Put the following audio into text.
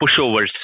pushovers